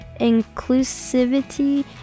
inclusivity